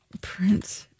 Prince